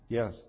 Yes